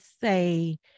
say